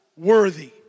worthy